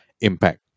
impact